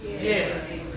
Yes